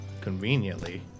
conveniently